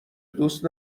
دوست